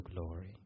glory